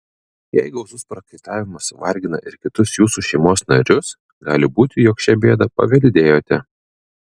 jei gausus prakaitavimas vargina ir kitus jūsų šeimos narius gali būti jog šią bėdą paveldėjote